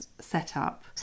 setup